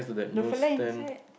the fellow inside